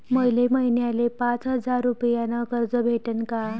मले महिन्याले पाच हजार रुपयानं कर्ज भेटन का?